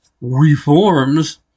reforms